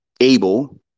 able